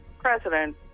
president